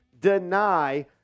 deny